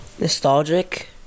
nostalgic